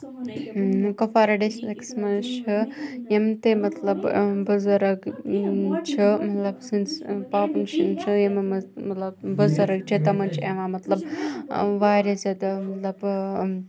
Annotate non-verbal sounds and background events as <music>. Kupwara districts مَنٛز چھُ یِم تہِ مَطلَب بُزَرٕگ چھِ مَطلَب سٲنِس پاپٕن <unintelligible> مَطلَب بُزَرٕگ چھِ تِمَن چھِ یِوان مَطلَب واریاہ زیادٕ مَطلَب